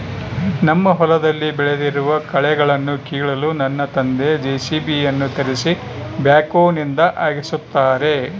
ನಮ್ಮ ಹೊಲದಲ್ಲಿ ಬೆಳೆದಿರುವ ಕಳೆಗಳನ್ನುಕೀಳಲು ನನ್ನ ತಂದೆ ಜೆ.ಸಿ.ಬಿ ಯನ್ನು ತರಿಸಿ ಬ್ಯಾಕ್ಹೋನಿಂದ ಅಗೆಸುತ್ತಾರೆ